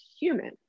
human